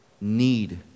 need